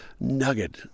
nugget